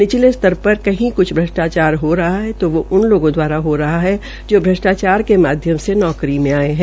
निचले स्तर पर कही कुछ भ्रष्टाचार हो रहा है तो उन लोगों दवारा हो रहा है तो अष्टाचार के माध्यम से नौकरी मे आये है